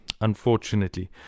unfortunately